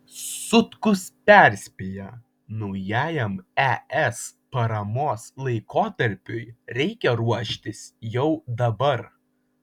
sutkus perspėja naujajam es paramos laikotarpiui reikia ruoštis jau dabar